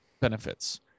benefits